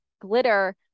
glitter